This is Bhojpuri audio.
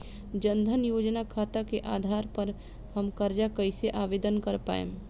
जन धन योजना खाता के आधार पर हम कर्जा कईसे आवेदन कर पाएम?